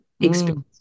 experience